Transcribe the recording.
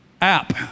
app